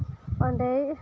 ᱚᱸᱰᱮᱭ